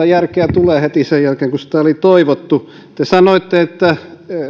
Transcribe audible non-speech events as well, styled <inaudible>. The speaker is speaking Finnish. <unintelligible> järkeä tulee heti sen jälkeen kun sitä oli toivottu te sanoitte että